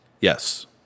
Yes